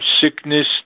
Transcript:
sickness